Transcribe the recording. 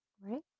right